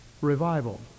revival